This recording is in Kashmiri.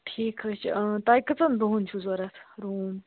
ٹھیٖک حظ چھُ تۄہہِ کٔژَن دۄہَن چھُو ضروٗرت روٗم